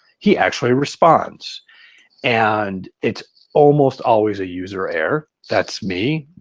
he actually responds and it's almost always a user error that's me.